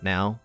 Now